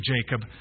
Jacob